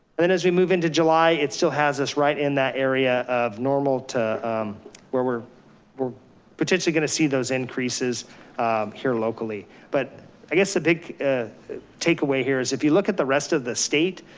and then as we move into july, it's still has us right in that area of normal to where we're we're potentially gonna see those increases here locally. but i guess the big takeaway here is, if you look at the rest of the state,